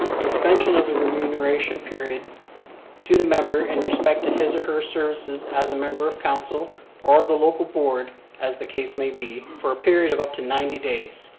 suspension of the remuneration period to the member in respect to his or her services as a member of council or of the local board as the case may be for a period of up to ninety days.